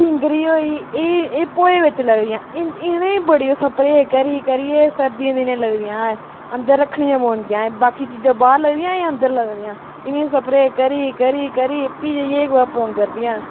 ढिंगरी होई एह् एह् पोहे बिच लगदियां इ'नें गी बड़ी स्प्रे करी करियै सर्दियें दिनें लगदियां एह् अंदर रक्खना पौंदियां एह् बाकी चीजां बाह्र लगदियां एह् अंदर लगदियां एह् इ'नें गी स्प्रे करी करी करी एह् ते भी एह् पौंगर दियां न